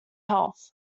health